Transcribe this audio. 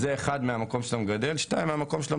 זה אחד, מהמקום של המגדל.